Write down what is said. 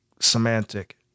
Semantic